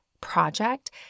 project